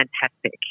fantastic